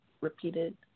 repeated